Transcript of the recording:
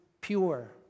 pure